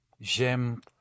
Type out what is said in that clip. J'aime